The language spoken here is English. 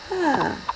ah